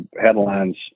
headlines